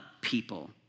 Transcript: people